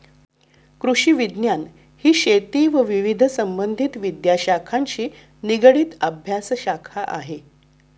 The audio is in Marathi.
कृषिविज्ञान ही शेती व विविध संबंधित विद्याशाखांशी निगडित अभ्यासशाखा आहे